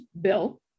Bill